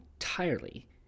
entirely